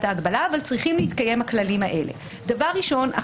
ההגבלה אבל צריכים להתקיים הכללים האלה: דבר ראשון,